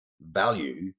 value